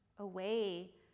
away